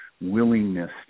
willingness